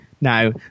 Now